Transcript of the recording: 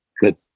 Good